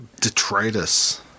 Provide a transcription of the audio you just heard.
detritus